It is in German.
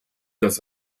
das